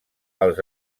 els